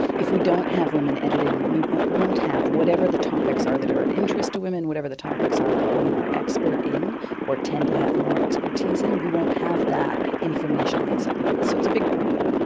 if we don't have women editing, we won't won't have whatever the topics are that are of interest to women, whatever the topics are that women are expert in or tend to have more expertise in. we won't have that information in the encyclopaedia, so it's a big problem.